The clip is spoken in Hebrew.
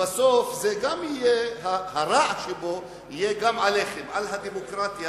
שבסוף הרע שבו יהיה גם עליכם, על הדמוקרטיה